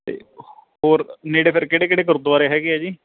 ਅਤੇ ਹੋਰ ਨੇੜੇ ਫਿਰ ਕਿਹੜੇ ਕਿਹੜੇ ਗੁਰਦੁਆਰੇ ਹੈਗੇ ਆ ਜੀ